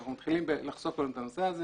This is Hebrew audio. אנחנו מתחילים לחשוף את הנושא,